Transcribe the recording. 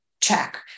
check